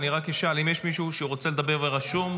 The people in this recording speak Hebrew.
אני רק אשאל אם יש מישהו שרוצה לדבר ורשום.